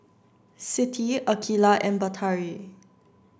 Siti Aqilah and Batari